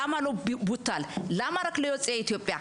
למה לא בוטל, למה רק ליוצאי אתיופיה.